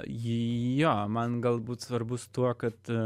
ji jo man galbūt svarbus tuo kad